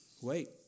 Wait